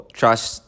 trust